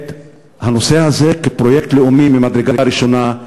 הנושא הזה כפרויקט לאומי ממדרגה ראשונה,